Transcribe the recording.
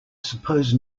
suppose